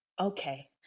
Okay